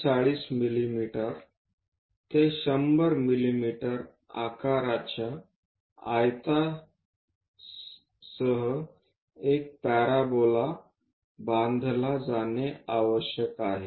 140 मिमी ते 100 मिमी आकाराच्या आयतासह एक पॅराबोला बांधला जाणे आवश्यक आहे